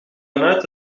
vanuit